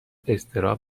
اضطراب